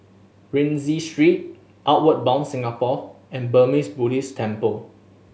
Rienzi Street Outward Bound Singapore and Burmese Buddhist Temple